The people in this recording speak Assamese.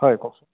হয় কওকচোন